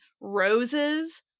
Roses